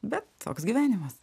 bet toks gyvenimas